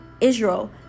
Israel